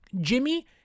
Jimmy